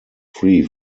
free